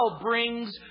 brings